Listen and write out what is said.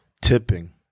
tipping